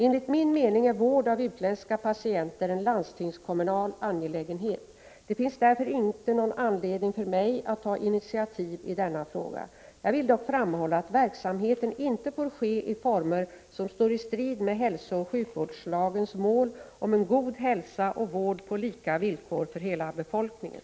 Enligt min mening är vård av utländska patienter en landstingskommunal angelägenhet. Det finns därför inte någon anledning för mig att ta initiativ i denna fråga. Jag vill dock framhålla att verksamheten inte får ske i former som står i strid med hälsooch sjukvårdslagens mål om en god hälsa och vård på lika villkor för hela befolkningen.